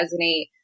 resonate